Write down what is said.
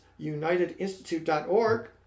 unitedinstitute.org